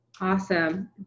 awesome